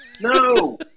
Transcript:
No